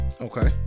Okay